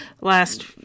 last